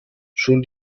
schon